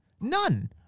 None